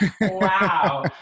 Wow